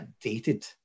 dated